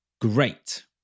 great